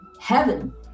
heaven